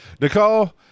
Nicole